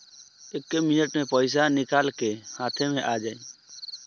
एक्के मिनट मे पईसा निकल के हाथे मे आ जाई